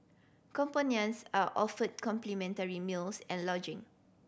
companions are offered complimentary meals and lodging